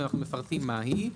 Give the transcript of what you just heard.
ואנחנו מפרטים מהי,